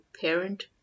parent